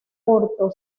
corto